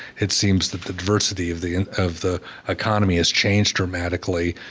it seems that the diversity of the and of the economy has changed dramatically.